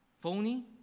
Phony